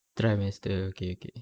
trimester okay okay